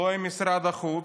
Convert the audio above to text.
לא עם משרד החוץ,